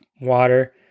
water